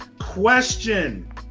Question